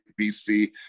BC